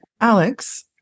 Alex